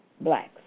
blacks